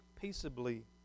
peaceably